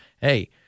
hey